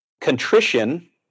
Contrition